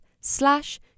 slash